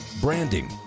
branding